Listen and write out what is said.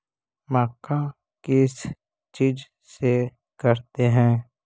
मक्का किस चीज से करते हैं?